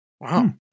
Wow